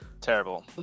Terrible